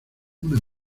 una